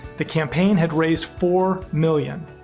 the campaign had raised four million,